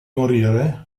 morire